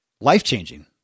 life-changing